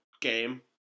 game